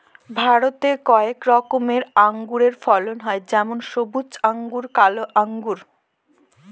ভারতে কয়েক রকমের আঙুরের ফলন হয় যেমন সবুজ আঙ্গুর, কালো আঙ্গুর